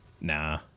Nah